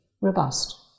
robust